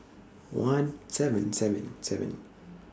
one seven seven seven